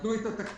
נתנו את התקציבים.